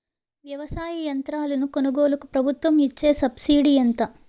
వ్యవసాయ యంత్రాలను కొనుగోలుకు ప్రభుత్వం ఇచ్చే సబ్సిడీ ఎంత?